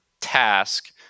task